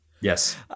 Yes